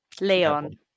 leon